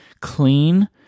clean